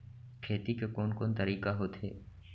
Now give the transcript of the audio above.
खेती के कोन कोन तरीका होथे?